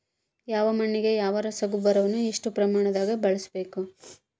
ಯಾವ ಮಣ್ಣಿಗೆ ಯಾವ ರಸಗೊಬ್ಬರವನ್ನು ಎಷ್ಟು ಪ್ರಮಾಣದಾಗ ಬಳಸ್ಬೇಕು?